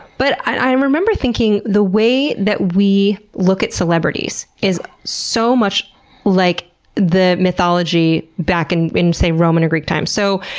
but i and remember thinking, the way that we look at celebrities is so much like the mythology back and in, say, roman and greek times. so,